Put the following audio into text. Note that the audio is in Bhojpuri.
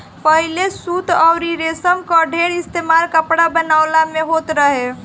पहिले सूत अउरी रेशम कअ ढेर इस्तेमाल कपड़ा बनवला में होत रहे